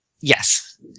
Yes